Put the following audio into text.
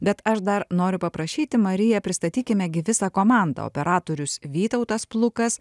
bet aš dar noriu paprašyti marija pristatykime gi visa komandą operatorius vytautas plukas